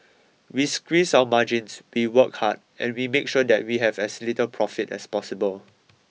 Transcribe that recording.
we squeeze our margins we work hard and we make sure that we have as little profit as possible